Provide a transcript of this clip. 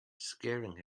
scaring